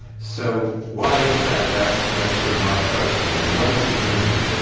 so why is that? that's that's sort of my question. and what does it mean?